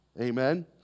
Amen